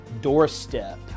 doorstep